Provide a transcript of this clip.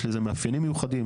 יש לזה מאפיינים מיוחדים,